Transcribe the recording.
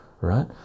right